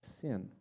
sin